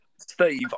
Steve